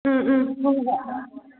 ꯎꯝ ꯎꯝ